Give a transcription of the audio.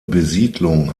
besiedlung